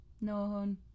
no